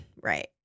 right